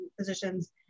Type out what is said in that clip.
physicians